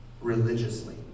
religiously